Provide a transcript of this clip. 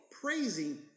praising